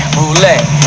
roulette